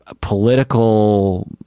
political